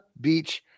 Beach